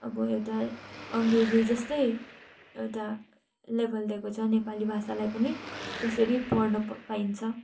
अब एउटा अङ्ग्रेजी जस्तै एउटा लेभल दिएको छ नेपाली भाषालाई पनि त्यसरी पढ्न पाइन्छ